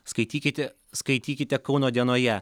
skaitykite skaitykite kauno dienoje